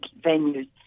venues